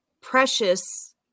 precious